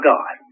God